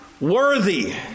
worthy